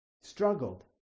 struggled